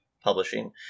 Publishing